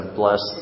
bless